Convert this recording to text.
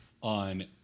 On